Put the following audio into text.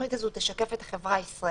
שהתוכנית הזאת תשקף את החברה הישראלית.